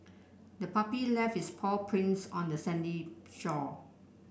the puppy left its paw prints on the sandy shore